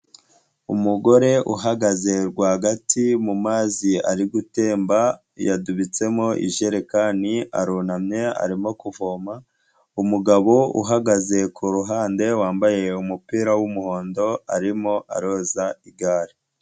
Umugore uhagaze rwagati mu mazi ari gutemba, yadubitsemo ijeyerekani arunamye arimo kuvoma, umugabo uhagaze ku ruhande wambaye umupira w'umuhondo, arimo aroza igare.